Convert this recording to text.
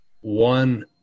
one